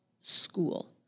school